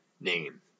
name